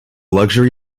luxury